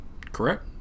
correct